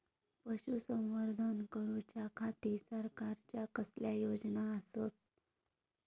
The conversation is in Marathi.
पशुसंवर्धन करूच्या खाती सरकारच्या कसल्या योजना आसत?